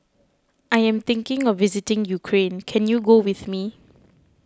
I am thinking of visiting Ukraine can you go with me